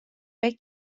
فکر